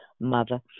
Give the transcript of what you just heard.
mother